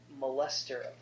molester